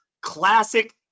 classic